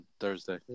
Thursday